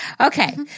Okay